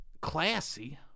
classy